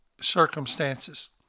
circumstances